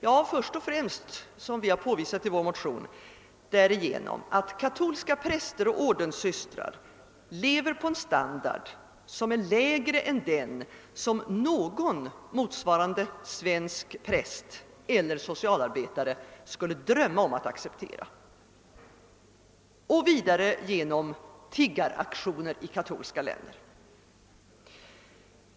Jo, som vi har påvisat i vår motion sker finansieringen först och främst därigenom att katolska präster och ordenssystrar lever på en standard som är lägre än den någon motsvarande svensk präst eller socialarbetare skulle drömma om att acceptera. Vidare sker finansieringen genom tiggaraktioner i katolska länder.